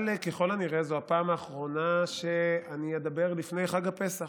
אבל ככל הנראה זו הפעם האחרונה שאני אדבר לפני חג הפסח,